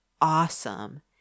awesome